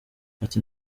ati